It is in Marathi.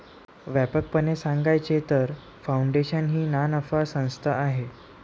व्यापकपणे सांगायचे तर, फाउंडेशन ही नानफा संस्था आहे